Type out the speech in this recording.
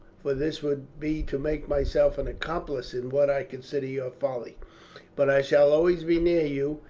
for this would be to make myself an accomplice in what i consider your folly but i shall always be near you,